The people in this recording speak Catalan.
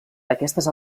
aquestes